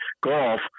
golf